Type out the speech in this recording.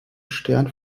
stern